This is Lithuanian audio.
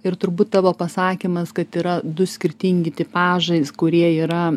ir turbūt tavo pasakymas kad yra du skirtingi tipažai kurie yra